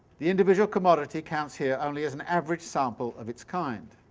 the individual commodity counts here only as an average sample of its kind.